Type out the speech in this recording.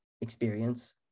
experience